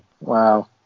Wow